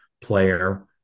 player